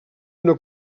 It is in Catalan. una